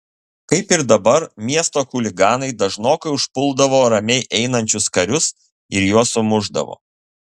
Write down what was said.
kaip ir dabar miesto chuliganai dažnokai užpuldavo ramiai einančius karius ir juos sumušdavo